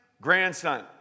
grandson